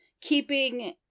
keeping